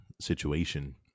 situation